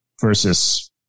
versus